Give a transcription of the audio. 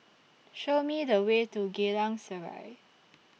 Show Me The Way to Geylang Serai